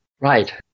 Right